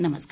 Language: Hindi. नमस्कार